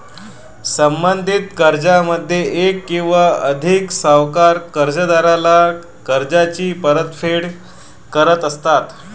संबंधित कर्जामध्ये एक किंवा अधिक सावकार कर्जदाराला कर्जाची परतफेड करत असतात